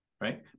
right